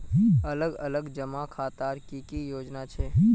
अलग अलग जमा खातार की की योजना छे?